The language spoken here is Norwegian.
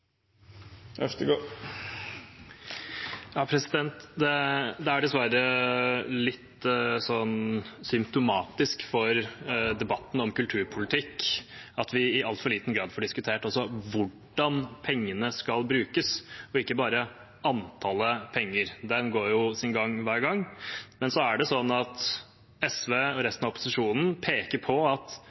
Øvstegård har hatt ordet to gonger tidlegare og får ordet til ein kort merknad, avgrensa til 1 minutt. Det er dessverre litt symptomatisk for debatten om kulturpolitikk at vi i altfor liten grad får diskutert også hvordan pengene skal brukes, ikke bare antallet penger – det går jo sin gang hver gang. SV og resten av opposisjonen peker på at